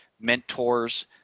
mentors